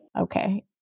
Okay